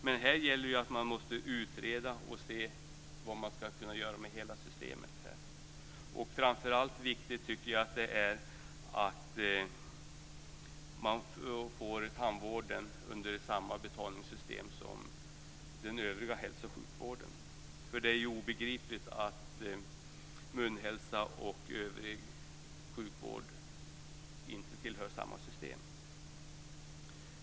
Men här gäller att man måste utreda och se vad man skall göra med hela systemet. Framför allt viktigt tycker jag att det är att man får tandvården under samma betalningsssystem som den övriga hälso och sjukvården. Det är ju obegripligt att munhälsa och övrig sjukvård inte tillhör samma system.